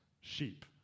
Sheep